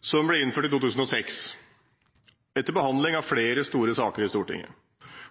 som ble innført i 2006, etter behandling av flere store saker i Stortinget.